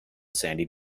sandy